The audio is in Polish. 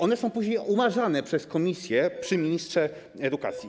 One są później umarzane przez komisję przy ministrze edukacji.